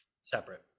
separate